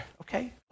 okay